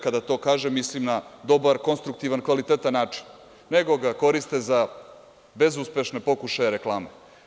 Kada to kažem, mislim na dobar, konstruktivan kvalitetan način, nego ga koriste za bezuspešne pokušaje reklame.